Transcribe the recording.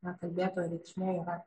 na kalbėtojo reikšmė yra